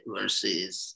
Versus